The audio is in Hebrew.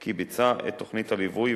כי ביצע את תוכנית הליווי,